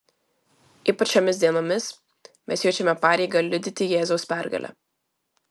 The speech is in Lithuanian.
ypač šiomis dienomis mes jaučiame pareigą liudyti jėzaus pergalę